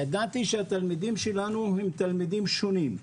ידעתי שהתלמידים שלנו הם תלמידים שונים.